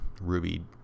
ruby